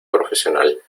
profesional